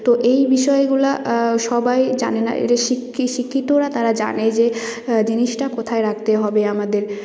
তো এই বিষয়গুলা সবাই জানে না এটা শিক্ষি শিক্ষিতরা তারা জানে যে জিনিসটা কোথায় রাখতে হবে আমাদের